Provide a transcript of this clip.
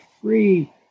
free